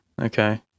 okay